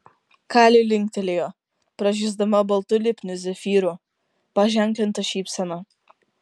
kali linktelėjo pražysdama baltu lipniu zefyru paženklinta šypsena